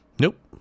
Nope